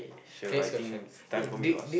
sure I think time for me to ask